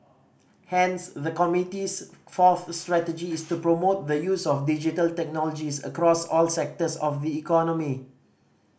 hence the committee's fourth strategy is to promote the use of Digital Technologies across all sectors of the economy